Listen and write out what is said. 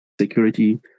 Security